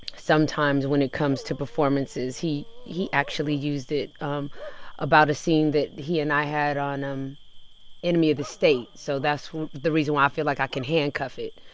sometimes when it comes to performances. he he actually used it um about a scene that he and i had on um enemy enemy of the state. so that's the reason why i feel like i can handcuff it.